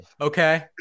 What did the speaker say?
Okay